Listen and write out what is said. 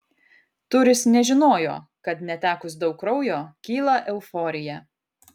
turis nežinojo kad netekus daug kraujo kyla euforija